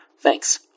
Thanks